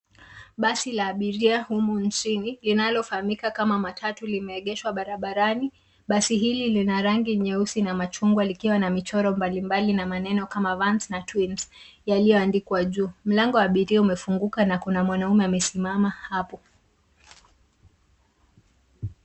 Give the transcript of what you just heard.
Basi la abiria humu njini, linalo famika kama matatu limeegeshwa barabarani. Basi hili lina rangi nyeusi na machungwa likiwa na michoro mbali mbali na maneno kama Vans na Twins yaliyo andikwa juu. Mlango ya abiria umefunguka na kuna mwanaume amesimama hapo.